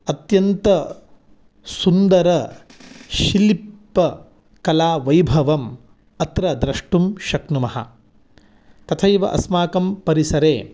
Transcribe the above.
अत्यन्तं सुन्दरं शिल्पं कलावैभवम् अत्र द्रष्टुं शक्नुमः तथैव अस्माकं परिसरे